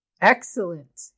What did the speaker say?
Excellent